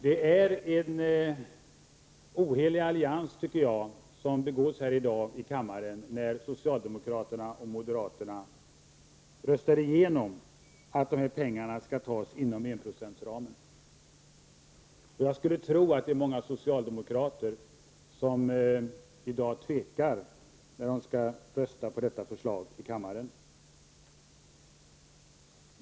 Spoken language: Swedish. Det är en ohelig allians, tycker jag, som bildas här i kammaren i dag när socialdemokraterna och moderaterna röstar igenom att de pengarna skall tas inom enprocentsramen. Jag skulle tro att många socialdemokrater i dag tvekar när de skall rösta på detta förslag i kammaren.